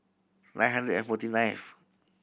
nine hundred and forty nineth